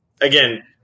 Again